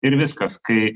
ir viskas kai